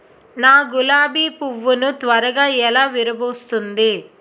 నా గులాబి పువ్వు ను త్వరగా ఎలా విరభుస్తుంది?